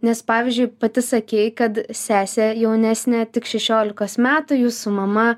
nes pavyzdžiui pati sakei kad sesė jaunesnė tik šešiolikos metų jūs su mama